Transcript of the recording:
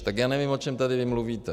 Tak já nevím, o čem tady mluvíte.